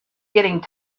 getting